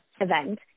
event